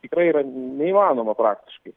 tikrai yra neįmanoma praktiškai